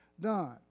done